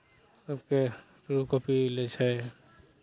सभके two copy लै छै